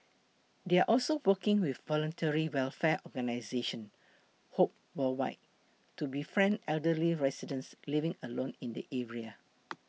they are also working with voluntary welfare organisation Hope World wide to befriend elderly residents living alone in the area